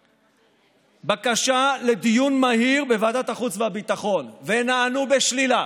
בקשה לדיון מהיר בוועדת החוץ והביטחון ונענו בשלילה.